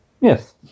Yes